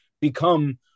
become